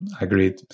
Agreed